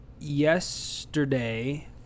yesterday